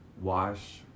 wash